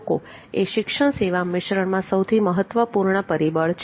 લોકો એ શિક્ષણ સેવા મિશ્રણમાં સૌથી મહત્વપૂર્ણ પરિબળ છે